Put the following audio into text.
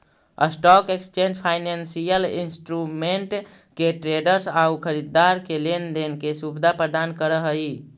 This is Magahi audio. स्टॉक एक्सचेंज फाइनेंसियल इंस्ट्रूमेंट के ट्रेडर्स आउ खरीदार के लेन देन के सुविधा प्रदान करऽ हइ